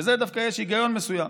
בזה דווקא יש היגיון מסוים.